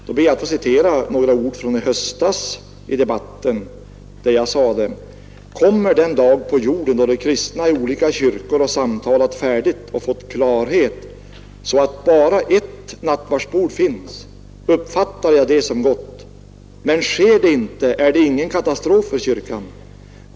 Då ber jag att få citera några ord från debatten i höstas, då jag sade: ”Kommer den dag på jorden då de kristna i olika kyrkor har samtalat färdigt och fått klarhet, så att bara ett nattvardsbord finns, uppfattar jag det som gott. Men sker det inte, är det ingen katastrof för kyrkan.